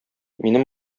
минем